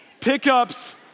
Pickups